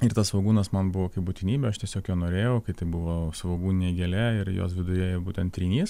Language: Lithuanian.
ir tas svogūnas man buvo kaip būtinybė aš tiesiog jo norėjau kai tai buvau svogūninė gėlė ir jos viduje jau būtent trynys